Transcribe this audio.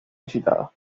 visitadas